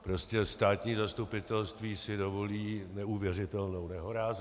Prostě státní zastupitelství si dovolí neuvěřitelnou nehoráznost.